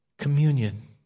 Communion